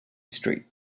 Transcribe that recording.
street